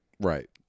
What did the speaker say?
Right